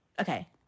okay